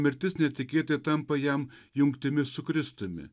mirtis netikėtai tampa jam jungtimi su kristumi